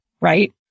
right